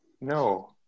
No